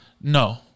No